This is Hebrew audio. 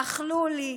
אכלו לי,